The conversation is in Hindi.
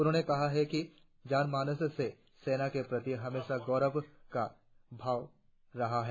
उन्होंने कहा कि जानमानस में सेना के प्रति हमेशा गौरव का भाव रहा है